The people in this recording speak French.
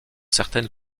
certaines